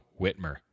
Whitmer